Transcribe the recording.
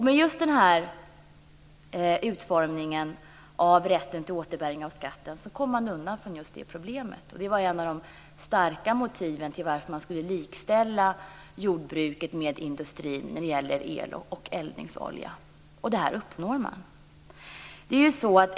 Med just den här utformningen av rätten till återbäring av skatten kom man undan just det problemet. Det var ett av de starka motiven för att likställa jordbruket med industrin när det gäller el och eldningsolja. Det här uppnår man.